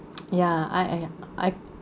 ya I I I